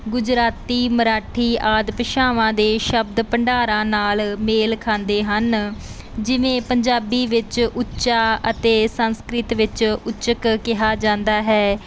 ਗੁਜਰਾਤੀ ਮਰਾਠੀ ਆਦਿ ਭਾਸ਼ਾਵਾਂ ਦੇ ਸ਼ਬਦ ਭੰਡਾਰਾਂ ਨਾਲ ਮੇਲ ਖਾਂਦੇ ਹਨ ਜਿਵੇਂ ਪੰਜਾਬੀ ਵਿੱਚ ਉੱਚਾ ਅਤੇ ਸੰਸਕ੍ਰਿਤ ਵਿੱਚ ਉੱਚਕ ਕਿਹਾ ਜਾਂਦਾ ਹੈ